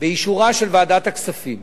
באישורה של ועדת הכספים.